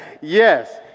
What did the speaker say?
yes